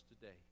today